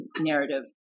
narrative